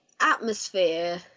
atmosphere